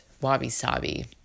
wabi-sabi